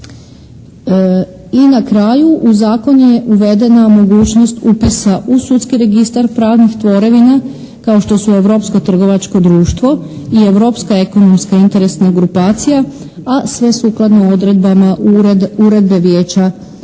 I na kraju u Zakon je uvedena mogućnost upisa u sudski registar pravnih tvorevina kao što su Europsko trgovačko društvo i Europska ekonomska interesna grupacija a sve sukladno odredbama Uredbe Vijeća